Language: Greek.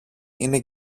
είναι